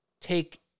take